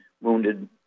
wounded